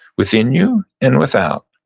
within you and without.